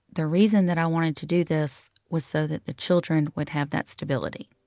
the reason that i wanted to do this was so that the children would have that stability.